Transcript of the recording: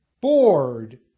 bored